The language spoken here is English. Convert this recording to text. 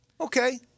Okay